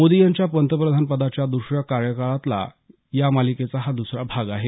मोदी यांच्या पंतप्रधानपदाच्या दुसऱ्या कार्यकाळातला या मालिकेचा हा दुसरा भाग आहे